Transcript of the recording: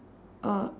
uh